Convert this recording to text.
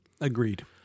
Agreed